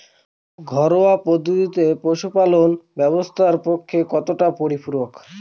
ঘরোয়া পদ্ধতিতে পশুপালন স্বাস্থ্যের পক্ষে কতটা পরিপূরক?